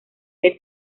vez